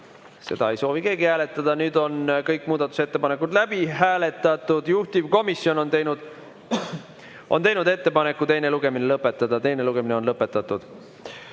Seda ei soovi keegi hääletada. Nüüd on kõik muudatusettepanekud läbi vaadatud. Juhtivkomisjon on teinud ettepaneku teine lugemine lõpetada. Teine lugemine on lõpetatud.